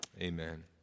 Amen